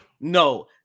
No